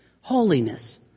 holiness